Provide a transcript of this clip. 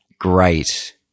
Great